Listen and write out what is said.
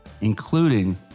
including